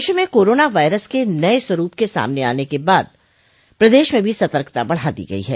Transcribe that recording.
विश्व में corona virus के नये स्वरूप के सामने आने के बाद प्रदेश में भी सतर्कता बढ़ा दी गई है